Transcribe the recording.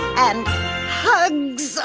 and hugs! oh.